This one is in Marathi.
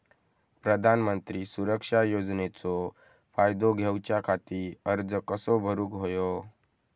प्रधानमंत्री सुरक्षा योजनेचो फायदो घेऊच्या खाती अर्ज कसो भरुक होयो?